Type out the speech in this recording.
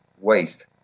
waste